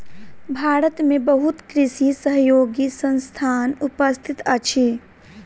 भारत में बहुत कृषि सहयोगी संस्थान उपस्थित अछि